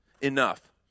enough